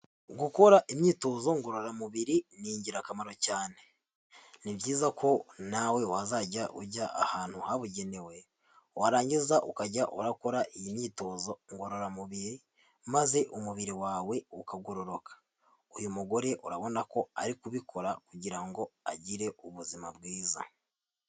Gukora imyitozo ngororamubiri ni ingirakamaro cyane. Ni byiza ko nawe wazajya ujya ahantu habugenewe, warangiza ukajya urakora iyi myitozo ngororamubiri maze umubiri wawe ukagororoka. Uyu mugore urabona ko ari kubikora kugira ngo agire ubuzima bwiza.